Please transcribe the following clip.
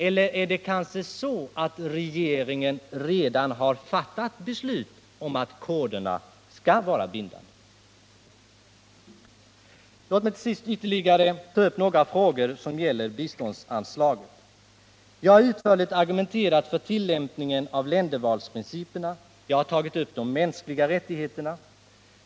Eller är det kanske så att regeringen redan fattat beslut om att koderna skall vara bindande? Låt mig ytterligare ta upp några frågor som gäller biståndsanslaget. Jag har utförligt argumenterat för tillämpningen av ländervalsprinciperna, och jag har tagit upp de mänskliga rättigheterna.